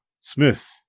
Smith